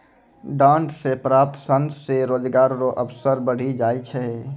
डांट से प्राप्त सन से रोजगार रो अवसर बढ़ी जाय छै